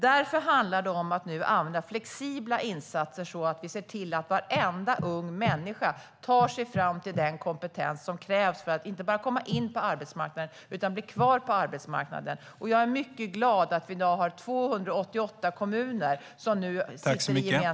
Därför handlar det nu om att använda flexibla insatser så att vi ser till att varenda ung människa tar sig fram till den kompetens som krävs för att inte bara komma in på arbetsmarknaden utan också bli kvar på arbetsmarknaden.